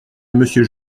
monsieur